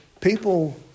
people